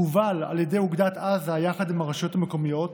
הובל על ידי אוגדת עזה יחד עם הרשויות המקומיות,